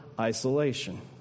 isolation